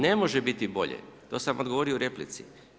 Ne može biti bolje, to sam odgovorio i u replici.